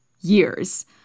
years